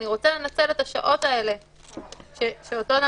אני רוצה לנצל את השעות האלה שאותו אדם